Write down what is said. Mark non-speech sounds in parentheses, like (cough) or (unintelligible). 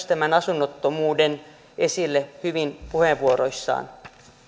(unintelligible) tämän asunnottomuuden esille hyvin puheenvuoroissaan